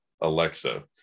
Alexa